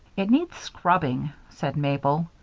it needs scrubbing, said mabel.